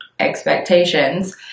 expectations